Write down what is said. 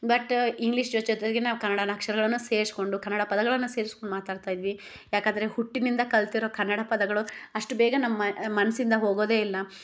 but English ಜೊತೆ ಜೊತೆಗೆ ನಾವು ಕನ್ನಡನ ಅಕ್ಷರಗಳನ್ನ ಸೇರ್ಸಕೊಂಡು ಕನ್ನಡ ಪದಗಳನ್ನ ಸೇರ್ಸ್ಕೊಂಡು ಮಾತಾಡ್ತಾ ಇದ್ವಿ ಯಾಕಂದರೆ ಹುಟ್ಟಿನಿಂದ ಕಲ್ತಿರೋ ಕನ್ನಡ ಪದಗಳು ಅಷ್ಟು ಬೇಗ ನಮ್ಮ ಮನಸ್ಸಿಂದ ಹೋಗೋದೇ ಇಲ್ಲ